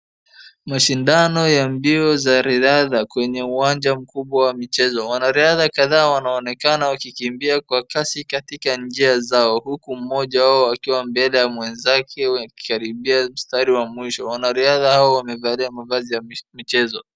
Mashindano ya mbio za riadha kwenye uwanja mkubwa wa michezo. Wanariadha kadhaa wanaonekana wakikimbia kwa kasi katika njia zao huku mmoja wao akiwa mbele ya mwenzake wakikaribia mstari wa mwisho. Wanariadha hao wamevalia mavazi ya michezo.